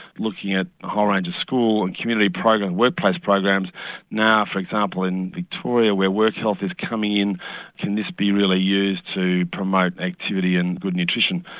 looking at a whole range of school and community programs, workplace programs now for example in victoria where work health is coming in can this be really used to promote activity and good nutrition.